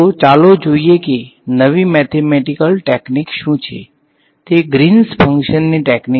તો ચાલો જોઈએ કે નવી મેથેમેટીકલ ટેકનીક શું છે તે ગ્રીન્સ ફંક્શનની ટેકનિક છે